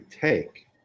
take